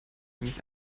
nämlich